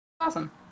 Awesome